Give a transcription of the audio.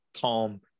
calm